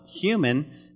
human